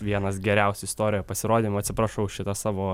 vienas geriausių istorijoj pasirodymų atsiprašau už šitą savo